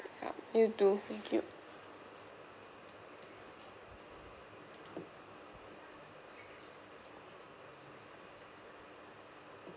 yup you too thank you